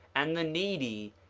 and the needy,